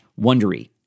Wondery